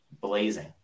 blazing